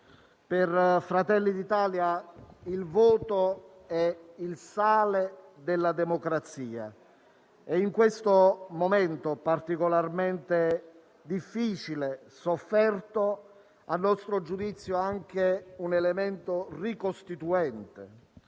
per Fratelli d'Italia il voto è il sale della democrazia e in questo momento, particolarmente difficile e sofferto è - a nostro giudizio - anche un elemento ricostituente.